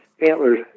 Antlers